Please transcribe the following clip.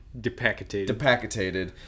Depacketated